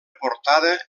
portada